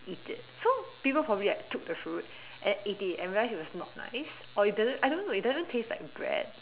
eat it so people probably like took the fruit and eat it and realize it was not nice or it doesn't I don't know it doesn't taste like bread